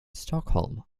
stockholm